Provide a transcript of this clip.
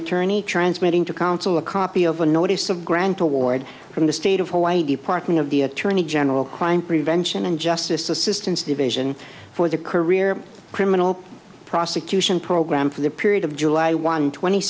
attorney transmitting to counsel a copy of a notice of grant award from the state of hawaii the parking of the attorney general crime prevention and justice assistance division for the career criminal prosecution program for the period of july one twenty